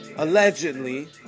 allegedly